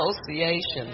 associations